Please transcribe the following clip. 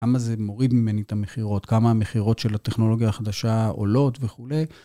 כמה זה מוריד ממני את המכירות, כמה המכירות של הטכנולוגיה החדשה עולות וכולי.